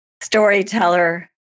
storyteller